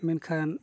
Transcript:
ᱢᱮᱱᱠᱷᱟᱱ